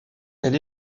elle